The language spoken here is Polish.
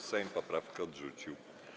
Sejm poprawki odrzucił.